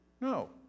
No